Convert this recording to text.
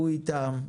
הוא איתם,